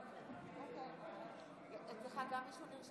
בבקשה, גברתי.